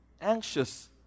anxious